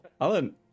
Alan